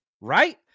right